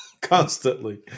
constantly